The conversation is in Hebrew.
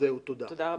תודה.